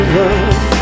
love